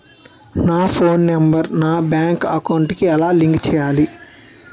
నా phone number నా bank account కి ఎలా లింక్ చేయాలి?